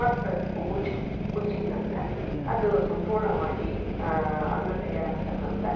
ಮತ್ತೆ ಮುಚ್ಬೇಕು ಮುಚ್ಚಿದ ನಂತರ ಅದು ಸಂಪೂರ್ಣವಾಗಿ ಅನ್ನ ತಯಾರಾಗ್ತಕ್ಕಂಥ